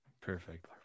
Perfect